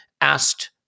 asked